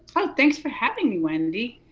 oh, thanks for having me wendy.